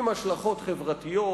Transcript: עם השלכות חברתיות,